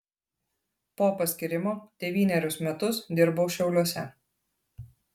po paskyrimo devynerius metus dirbau šiauliuose